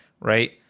Right